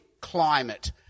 climate